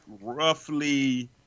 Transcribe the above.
roughly